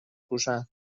پوشن